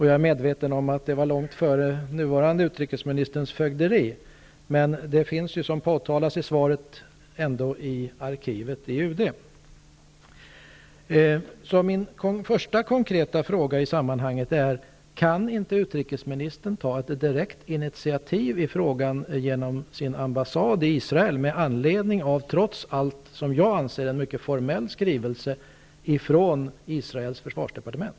Jag är medveten om att det är långt före nuvarande utrikesministerns ämbetstid, men ärendet finns ju, som också påpekas i svaret, ändå i arkivet i UD. Min första konkreta fråga i sammanhanget är: Kan inte utrikesministern genom sin ambassad i Israel ta ett direkt initiativ i frågan med anledning av en enligt min mening trots allt mycket formell skrivelse från Israels försvarsdepartement?